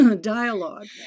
dialogue